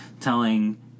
telling